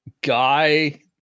guy